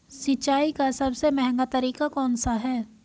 सिंचाई का सबसे महंगा तरीका कौन सा है?